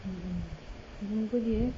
mmhmm memang muka dia eh